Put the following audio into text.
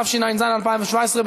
התשע"ז 2017,